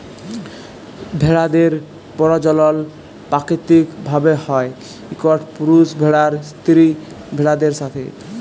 ভেড়াদের পরজলল পাকিতিক ভাবে হ্যয় ইকট পুরুষ ভেড়ার স্ত্রী ভেড়াদের সাথে